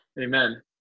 Amen